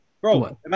Bro